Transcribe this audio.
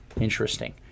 interesting